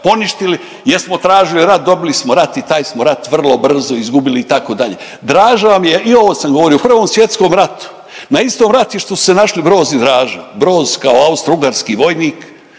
poništili, jesmo traži rat, dobili smo rat i taj smo rat vrlo brzo izgubili itd., Draža vam je i ovo sam govorio u Prvom svjetskom ratu na istom ratištu su se naši Broz i Draža, Broz kao austrougarski vojnik